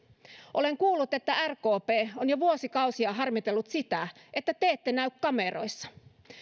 olen kuullut että rkp on jo vuosikausia harmitellut että ei näy kameroissa